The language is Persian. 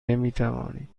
نمیتوانید